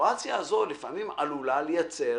הסיטואציה הזו לפעמים עלולה לייצר